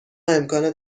امکان